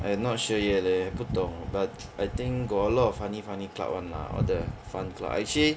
I not sure yet leh 不懂 but I think got a lot of funny funny club [one] lah all the fun club actually